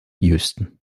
houston